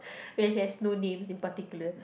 which has no names in particular